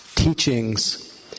teachings